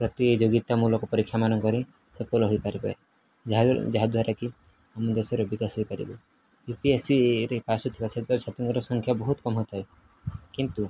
ପ୍ରତିଯୋଗିତାମୂଳକ ପରୀକ୍ଷାମାନଙ୍କରେ ସଫଳ ହୋଇପାରିବେ ଯାହା ଯାହାଦ୍ୱାରା କିି ଆମ ଦେଶର ବିକାଶ ହୋଇପାରିବ ୟୁପିଏସ୍ସିରେ ପାସ୍ କରୁଥିବା ଛାତ୍ର ଛାତ୍ରୀଙ୍କର ସଂଖ୍ୟା ବହୁତ କମ ହୋଇଥାଏ କିନ୍ତୁ